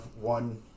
one